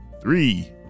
Three